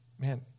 man